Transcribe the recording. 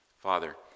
Father